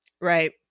right